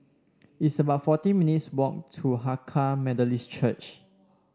it's about forty minutes' walk to Hakka Methodist Church